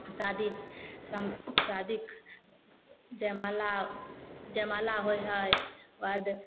शादी सम शादी जयमाला जयमाला होइ है ओहिके बाद